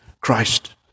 Christ